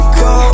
go